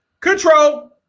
Control